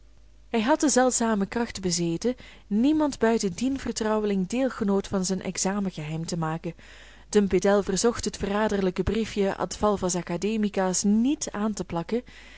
hij had de zeldzame kracht bezeten niemand buiten dien vertrouweling deelgenoot van zijn examen geheim te maken den pedel verzocht het verraderlijke briefje ad valvas academicas niet aan te plakken